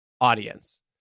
audience